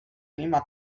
klima